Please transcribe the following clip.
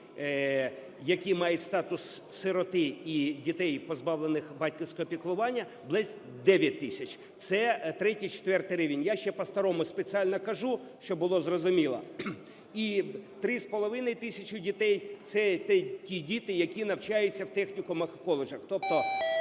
які мають статус "сироти" і дітей, позбавлених батьківського піклування, 9 тисяч, це ІІІ-ІV рівень. Я ще по-старому спеціально кажу, щоб було зрозуміло. І 3,5 тисячі дітей – це ті діти, які навчаються в технікумах і коледжах,